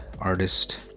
artist